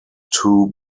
two